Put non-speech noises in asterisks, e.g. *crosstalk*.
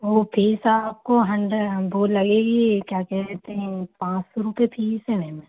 वह फीस आपको *unintelligible* वह लगेगी क्या कहते हैं पाँच सौ रुपये फीस है मैम